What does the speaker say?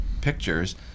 pictures